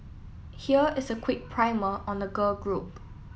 here is a quick primer on the girl group